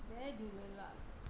Jay Jhulelal